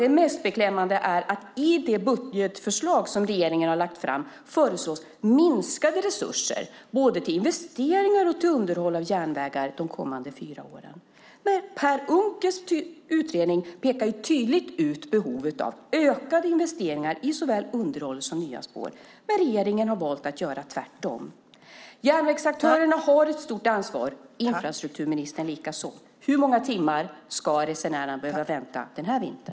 Det mest beklämmande är att i det budgetförslag som regeringen har lagt fram föreslås minskade resurser till både investeringar och underhåll av järnvägar de kommande fyra åren. Per Unckels utredning pekar tydligt ut behovet av ökade investeringar i såväl underhåll som nya spår, men regeringen har valt att göra tvärtom. Järnvägsaktörerna har ett stort ansvar, och infrastrukturministern likaså. Hur många timmar ska resenärerna behöva vänta den här vintern?